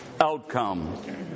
outcome